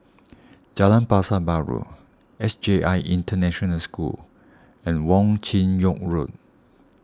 Jalan Pasar Baru S J I International School and Wong Chin Yoke Road